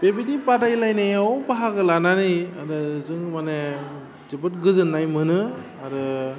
बेबायदि बादायलायनायाव बाहागो लानानै आरो जों माने जोबोद गोजोन्नाय मोनो आरो